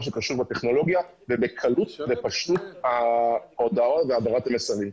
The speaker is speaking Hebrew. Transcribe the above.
שקשור בטכנולוגיה ובקלות ובפשטות ההודעות והעברת מסרים.